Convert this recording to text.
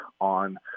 on